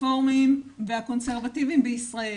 הרפורמים והקונסרבטיבים בישראל,